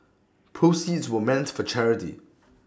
proceeds were meant for charity